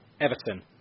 Everton